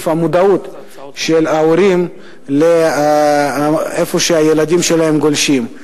המודעות של ההורים לשאלה איפה הילדים שלהם גולשים.